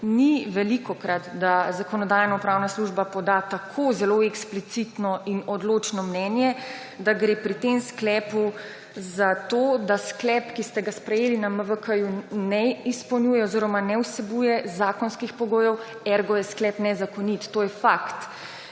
ni velikokrat, da Zakonodajno-pravna služba poda tako zelo eksplicitno in odločno mnenje, da gre pri tem sklepu za to, da sklep, ki ste ga sprejeli na MVK ne vsebuje zakonskih pokojev, ergo je sklep nezakonit. To je fakt.